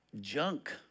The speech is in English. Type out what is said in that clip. junk